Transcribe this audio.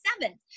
seven